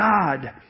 God